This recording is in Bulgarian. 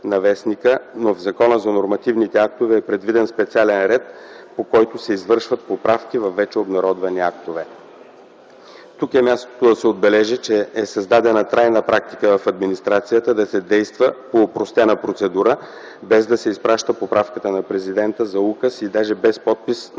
но в Закона за нормативните актове е предвиден специален ред, по който се извършват поправки във вече обнародвани актове. Тук е мястото да се отбележи, че е създадена трайна практика в администрацията да се действа по опростена процедура, без да се изпраща поправката на президента за указ и даже без подпис на